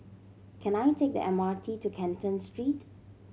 can I take the M R T to Canton Street